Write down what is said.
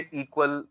equal